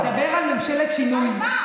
גם את יכולה להתבייש, הכול בסדר.